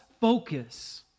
focus